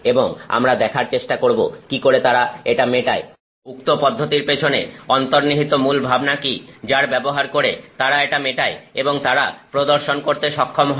এবং আমরা দেখার চেষ্টা করব কি করে তারা এটা মেটায় উক্ত পদ্ধতির পেছনে অন্তর্নিহিত মূল ভাবনা কি যার ব্যবহার করে তারা এটা মেটায় এবং তারা প্রদর্শন করতে সক্ষম হয়